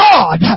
God